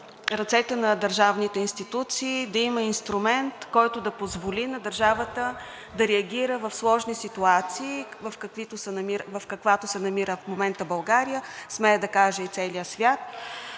ръцете на държавните институции да има инструмент, който да позволи на държавата да реагира в сложни ситуации, в каквато се намира в момента България, смея да кажа и целия свят,